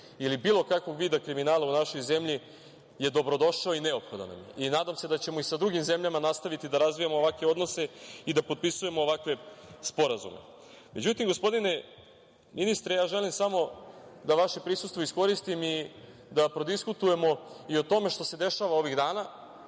ili bilo kakvog vida kriminala u našoj zemlji je dobrodošao i neophodan nam je. Nadam se da ćemo i sa drugim zemljama nastaviti da razvijamo ovakve odnose i da potpisujemo ovakve sporazume.Međutim, gospodine ministre, ja želim samo da vaše prisustvo iskoristim i da prodiskutujemo o tome što se dešava ovih dana